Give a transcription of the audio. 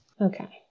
Okay